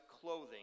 clothing